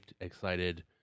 excited